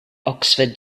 oxford